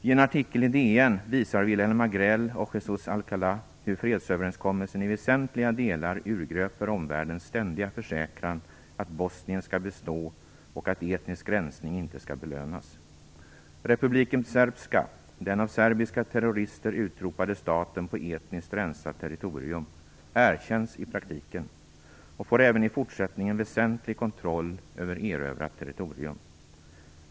I en artikel i DN visar Vilhelm Agrell och Jesús Alcalá hur fredsöverenskommelsen i väsentliga delar urgröper omvärldens ständiga försäkran att Bosnien skall bestå och att etnisk rensning inte skall belönas. Republiken Srbska, den av serbiska terrorister utropade staten på etniskt rensat territorium, erkänns i praktiken och får även i fortsättningen väsentlig kontroll över erövrat territorium.